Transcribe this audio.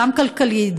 גם כלכלית,